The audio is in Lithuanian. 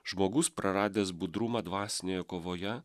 žmogus praradęs budrumą dvasinėje kovoje